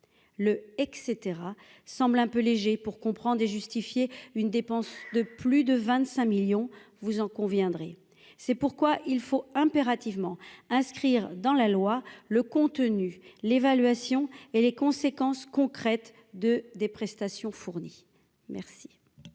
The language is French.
le etc semble un peu léger pour comprend des justifier une dépense de plus de 25 millions, vous en conviendrez, c'est pourquoi il faut impérativement inscrire dans la loi le contenu, l'évaluation et les conséquences concrètes de des prestations fournies merci.